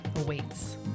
awaits